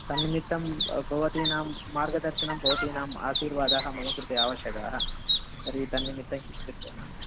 तन्निमित्तं भवतीनां मार्गदर्शनं भवतीनाम् आशीर्वादः मम कृते आवश्यकः तर्हि तन्निमित्तं किञ्चित्